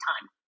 time